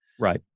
Right